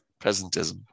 presentism